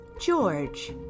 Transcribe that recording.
George